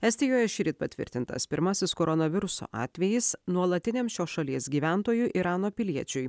estijoj šįryt patvirtintas pirmasis koronaviruso atvejis nuolatiniam šios šalies gyventojui irano piliečiui